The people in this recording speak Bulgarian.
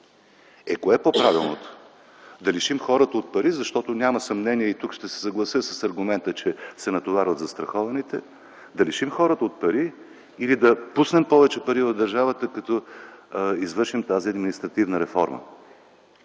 Е, кое е по-правилното - да лишим хората от пари, защото няма съмнение, и тук ще се съглася с аргумента, че се натоварват застрахованите, или да пуснем повече пари в държавата, като извършим тази административна реформа?